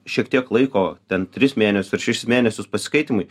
šiek tiek laiko ten tris mėnes ar šešis mėnesius pasiskaitymui